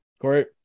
Corey